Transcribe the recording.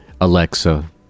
Alexa